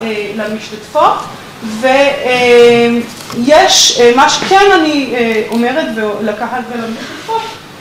למשתתפות ויש מה שכן אני אומרת לקהל ול...